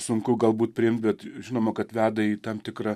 sunku galbūt priimti bet žinoma kad veda į tam tikrą